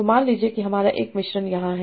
तो मान लीजिए कि हमारा एक मिश्रण यहां है